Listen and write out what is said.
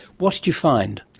what did you find?